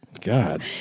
God